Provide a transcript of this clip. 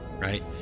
Right